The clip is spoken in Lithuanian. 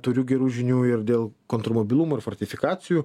turiu gerų žinių ir dėl kontrmobilumo ir fortifikacijų